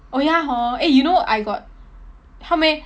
oh ya hor eh you know I got how many